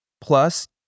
plus